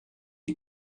die